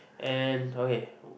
and okay